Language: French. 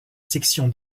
section